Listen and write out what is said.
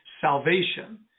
salvation